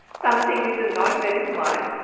something which is not very smart,